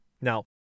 Now